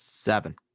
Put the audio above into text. Seven